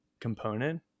component